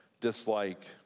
dislike